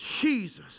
Jesus